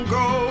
go